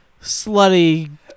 slutty